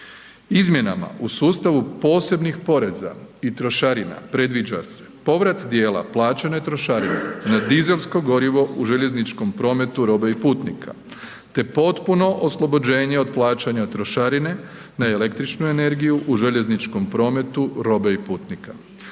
Izmjenama u sustavu posebnih poreza i trošarina predviđa se povrat dijela plaćene trošarine na dizelsko gorivo u željezničkom prometu robe i putnika te potpuno oslobođenje od plaćanja trošarine na električnu energiju u željezničkom prometu robe i putnika.